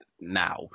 now